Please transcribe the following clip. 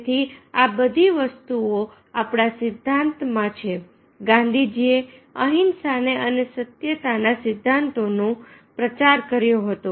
તેથી આ બધી વસ્તુઓ આપણા સિદ્ધાંતમાં છે ગાંધીજીએ અહિંસાને અને સત્યતા ના સિદ્ધાંતો નો પ્રચાર કર્યો હતો